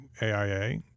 AIA